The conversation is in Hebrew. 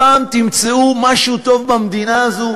פעם תמצאו משהו טוב במדינה הזאת,